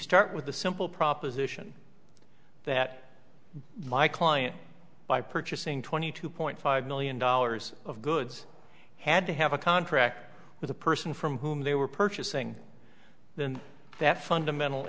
start with the simple proposition that my client by purchasing twenty two point five million dollars of goods had to have a contract with a person from whom they were purchasing then that fundamental